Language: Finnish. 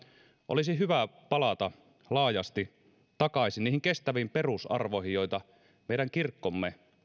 olisi hyvä palata laajasti takaisin niihin kestäviin perusarvoihin joita meidän kirkkomme